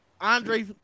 Andre